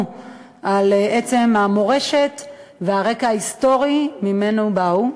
על עצם המורשת והרקע ההיסטורי שממנו באו.